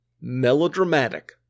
Melodramatic